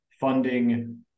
funding